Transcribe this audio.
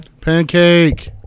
Pancake